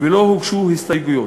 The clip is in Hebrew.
ולא הוגשו הסתייגויות.